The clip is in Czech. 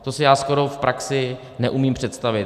To si skoro v praxi neumím představit.